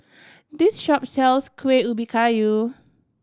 this shop sells Kuih Ubi Kayu